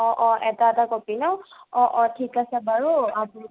অ অ এটা এটা কপি ন' অ অ ঠিক আছে বাৰু